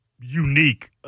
unique